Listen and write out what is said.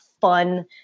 fun